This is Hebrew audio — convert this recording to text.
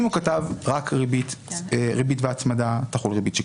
אם הוא הוא כתב רק ריבית והצמדה תחול ריבית שקלית.